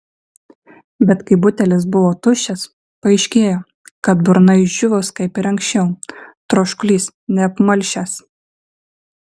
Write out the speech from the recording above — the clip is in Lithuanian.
bet kai butelis buvo tuščias paaiškėjo kad burna išdžiūvus kaip ir anksčiau troškulys neapmalšęs